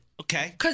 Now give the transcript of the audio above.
Okay